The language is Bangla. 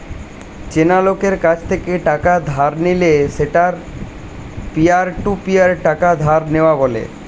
চেনা লোকের কাছ থেকে টাকা ধার নিলে সেটাকে পিয়ার টু পিয়ার টাকা ধার নেওয়া বলে